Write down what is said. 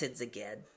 again